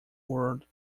word